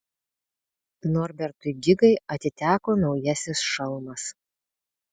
norbertui gigai atiteko naujasis šalmas